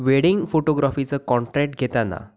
wedding फोटोग्राॅफीचं contract घेताना